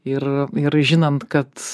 ir ir žinant kad